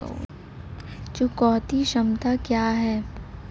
चुकौती क्षमता क्या है?